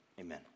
Amen